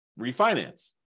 refinance